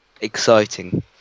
Exciting